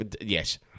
yes